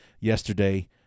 yesterday